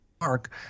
mark